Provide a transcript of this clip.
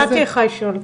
נתתי לך לשאול.